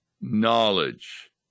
knowledge